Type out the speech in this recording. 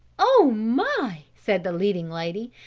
oh my! said the leading lady,